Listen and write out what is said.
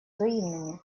взаимными